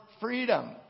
freedom